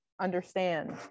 understand